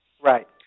Right